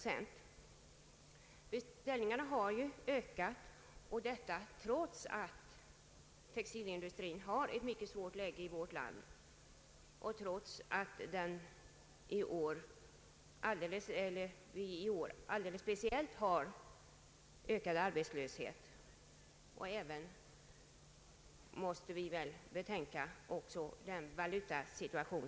Beställningarna i utlandet har sålunda ökat trots att textilindustrin i vårt land befinner sig i ett mycket svårt läge. I år har arbetslösheten dessutom ökat alldeles speciellt, och vi måste väl också betänka vår valutasituation.